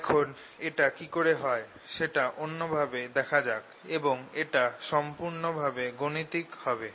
এখন এটা কিকরে হয় সেটা অন্য ভাবে দেখা যাক এবং এটা সম্পূর্ণ ভাবে গাণিতিক হবে